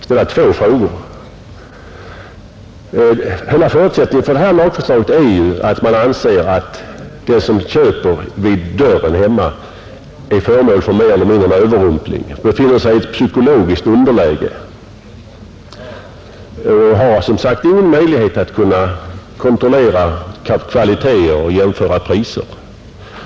Den grundläggande förutsättningen för detta lagförslag är ju att man anser att den som köper hemma vid dörren mer eller mindre är föremål för överrumpling. Han befinner sig i ett psykologiskt underläge och har som sagt ingen möjlighet att kontrollera kvaliteter och jämföra priser.